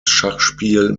schachspiel